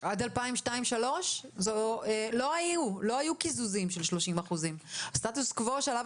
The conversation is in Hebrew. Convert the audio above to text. לא היו קיזוזים של 30%. הסטטוס קוו שעליו